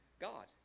god